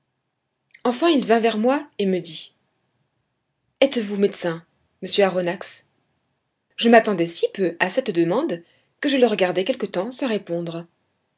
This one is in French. enfin il vint vers moi et me dit etes-vous médecin monsieur aronnax je m'attendais si peu à cette demande que je le regardai quelque temps sans répondre